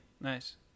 Nice